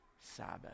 Sabbath